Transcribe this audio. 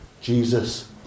Jesus